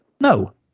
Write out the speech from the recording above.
No